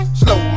slow